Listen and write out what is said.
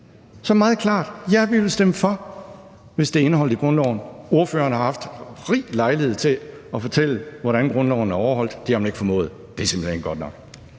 meget klart: Ja, vi vil stemme for, hvis det kan indeholdes i grundloven. Ordføreren har haft rig lejlighed til at fortælle, hvordan grundloven er overholdt. Det har man ikke formået, og det er simpelt hen ikke godt nok.